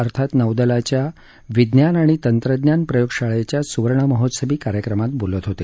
अर्थात नौदलाच्या विज्ञान आणि तंत्रज्ञान प्रयोगशाळेच्या सुवर्ण महोत्सवी कार्यक्रमात बोलत होते